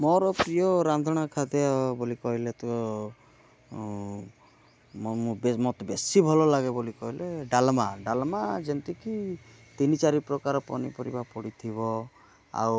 ମୋର ପ୍ରିୟ ରାନ୍ଧଣା ଖାଦ୍ୟ ବୋଲି କହିଲେ ତ ମୋ ମୋ ବେ ମୋତେ ବେଶୀ ଭଲ ଲାଗେ ବୋଲି କହିଲେ ଡ଼ାଲମା ଡ଼ାଲମା ଯେମତିକି ତିନି ଚାରି ପ୍ରକାର ପନିପରିବା ପଡ଼ିଥିବ ଆଉ